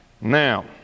Now